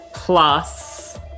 plus